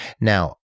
Now